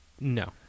No